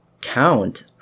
count